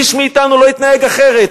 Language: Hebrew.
איש מאתנו לא התנהג אחרת.